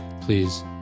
please